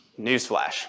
newsflash